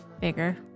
bigger